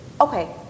okay